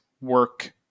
work